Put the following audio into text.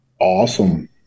Awesome